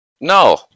No